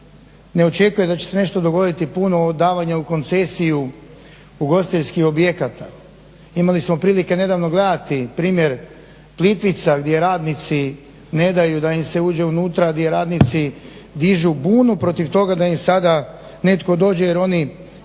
ne očekujete da će se nešto dogoditi puno od davanja u koncesiju ugostiteljskih objekata. Imali smo prilike nedavno gledati primjer Plitvica gdje radnici ne daju da im se uđe unutra, gdje radnici dižu bunu protiv toga da im sada dođe netko jer oni